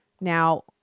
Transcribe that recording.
now